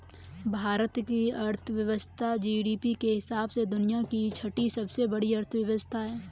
भारत की अर्थव्यवस्था जी.डी.पी के हिसाब से दुनिया की छठी सबसे बड़ी अर्थव्यवस्था है